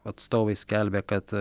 atstovai skelbia kad